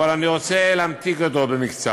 ואני רוצה להמתיק אותם במקצת.